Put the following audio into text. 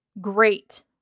great